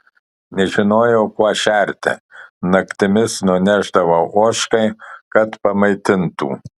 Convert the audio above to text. nežinojau kuo šerti naktimis nunešdavau ožkai kad pamaitintų